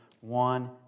One